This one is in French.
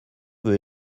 veut